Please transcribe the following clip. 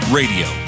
radio